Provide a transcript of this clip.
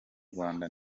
rwanda